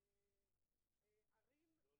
אני שוב